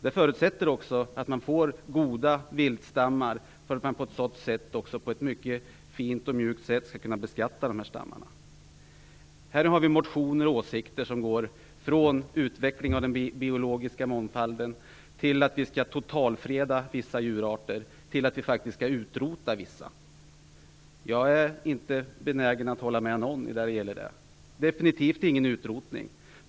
Det förutsätter att man har goda viltstammar för att man på ett fint och mjukt sätt skall kunna beskatta dem. Vi har motioner och åsikter om utvecklingen av den biologiska mångfalden. De sträcker sig från att vi skall totalfreda vissa djurarter till att vi faktiskt skall utrota vissa. Jag är inte benägen att hålla med om någon. Det skall definitivt inte bli någon utrotning av dessa.